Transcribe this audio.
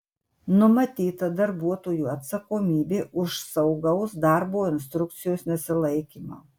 numatyta darbuotojų atsakomybė už saugaus darbo instrukcijos nesilaikymą